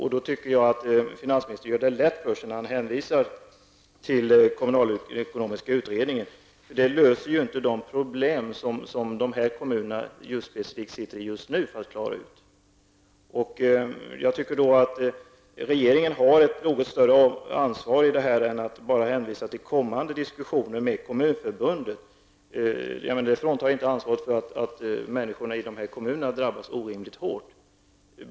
Jag tycker att finansministern gör det lätt för sig när han hänvisar till den kommunalekonomiska utredningen. Detta löser inte de specifika problem som dessa kommuner har att klara ut just nu. Jag tycker att regeringen har ett något större ansvar i detta. Man kan inte bara hänvisa till kommande diskussioner med Kommunförbundet. Detta fråntar inte regeringen ansvaret för att människorna i de här kommunerna drabbas orimligt hårt.